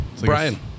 Brian